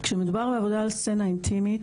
כשמדובר בעבודה על סצנה אינטימית,